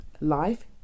life